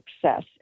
success